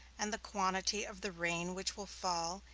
and the quantity of the rain which will fall,